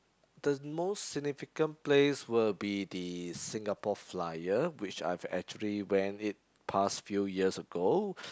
the most significant place will be the Singapore Flyer which I've actually went it past few years ago